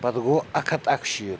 پَتہٕ گوٚو اَکھ ہَتھ اَکہٕ شیٖتھ